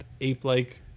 ape-like